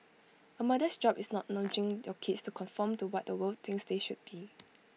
A mother's job is not nudging your kids to conform to what the world thinks they should be